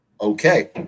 okay